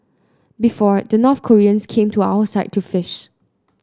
before the North Koreans came to our side to fish